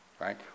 right